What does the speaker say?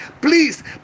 please